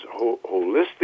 holistic